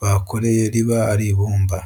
bakoreye riba ari ibumba.